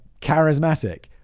charismatic